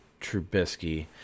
Trubisky